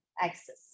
access